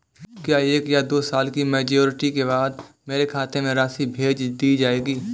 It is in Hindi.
क्या एक या दो साल की मैच्योरिटी के बाद मेरे खाते में राशि भेज दी जाएगी?